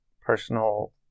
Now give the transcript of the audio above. personal